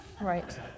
right